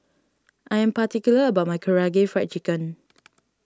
I am particular about my Karaage Fried Chicken